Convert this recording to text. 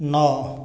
ନଅ